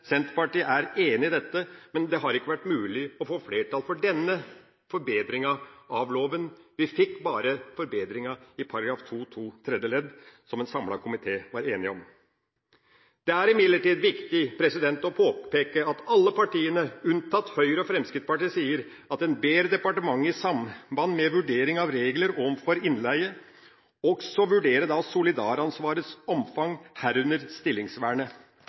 Senterpartiet er enig i dette, men det har ikke vært mulig å få flertall for denne forbedringa av loven. Vi fikk bare forbedringa i § 2-2 tredje ledd, som en samlet komité var enig om. Det er imidlertid viktig å påpeke at alle partiene, unntatt Høyre og Fremskrittspartiet, sier at en ber departementet i samband med vurdering av regler for innleie også vurdere solidaransvarets omfang, herunder stillingsvernet.